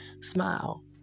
smile